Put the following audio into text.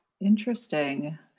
Interesting